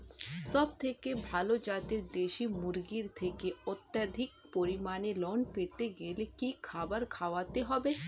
সবথেকে ভালো যাতে দেশি মুরগির থেকে অত্যাধিক পরিমাণে ঋণ পেতে গেলে কি খাবার খাওয়াতে হবে?